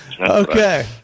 Okay